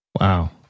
Wow